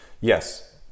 Yes